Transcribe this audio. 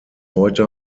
heute